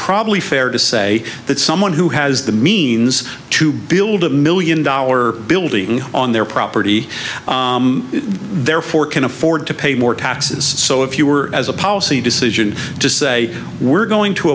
probably fair to say that someone who has the means to build a million dollar building on their property therefore can afford to pay more taxes so if you were as a policy decision to say we're going to